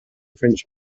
french